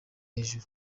hejuru